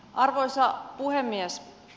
arvoisa puhemies